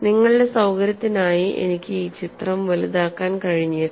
നിങ്ങളുടെ സൌകര്യത്തിനായി എനിക്ക് ഈ ചിത്രം വലുതാക്കാൻ കഴിഞ്ഞേക്കും